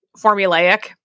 formulaic